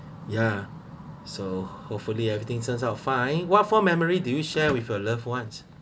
yeah so hopefully everything turns out fine what for memory do you share with your loved ones